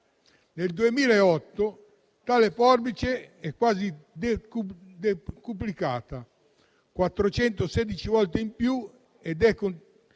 Nel 2008 tale forbice è quasi decuplicata: 416 volte in più,